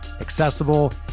accessible